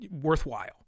worthwhile